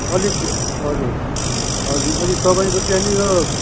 अलिक हजुर हजुर अनि तपाईँको त्यहाँनिर